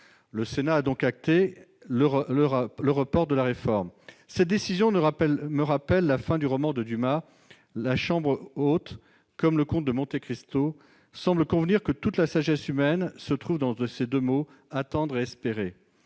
Le Sénat a donc entériné le report de la réforme. Cette décision me rappelle la fin du roman d'Alexandre Dumas. La chambre haute, tout comme le comte de Monte Cristo, semble convenir que toute la sagesse humaine se trouve dans ces deux mots : attendre et espérer.